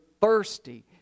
thirsty